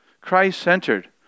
Christ-centered